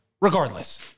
Regardless